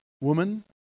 Woman